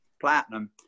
platinum